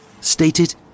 stated